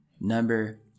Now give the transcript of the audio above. number